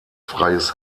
freies